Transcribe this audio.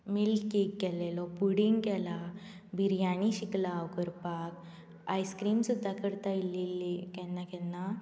milk cake केल्लेलो pudding केला बिरयानी शिकला हांव करपाक आयस्क्रिम सुद्दां करता इल्ली इल्ली केन्ना केन्ना